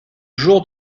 jour